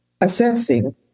assessing